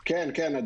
כן, כן.